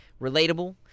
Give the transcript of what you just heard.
relatable